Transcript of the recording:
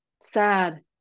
sad